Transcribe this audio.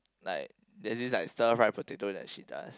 like there's this like stir fried potato that she does